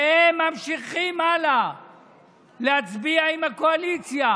והם ממשיכים הלאה להצביע עם הקואליציה,